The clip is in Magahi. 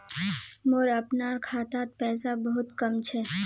मोर अपनार खातात पैसा बहुत कम छ